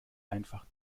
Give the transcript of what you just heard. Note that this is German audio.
einfach